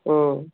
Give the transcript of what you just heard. ಹ್ಞೂ